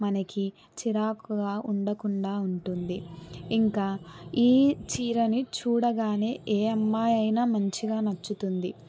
మనకి చిరాకుగా ఉండకుండా ఉంటుంది ఇంకా ఈ చీరని చూడగానే ఏ అమ్మాయైనా మంచిగా నచ్చుతుంది